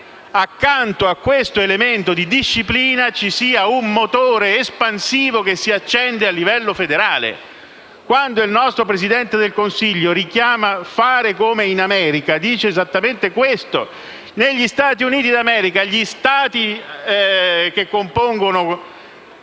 accanto a questo elemento di disciplina ci sia un motore espansivo che si accenda a livello federale. Quando il nostro Presidente del Consiglio invita a fare come in America, intende esattamente questo. Negli Stati Uniti d'America gli Stati che compongono